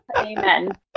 amen